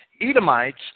Edomites